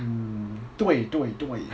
mm 对对对